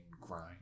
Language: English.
grind